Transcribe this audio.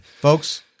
folks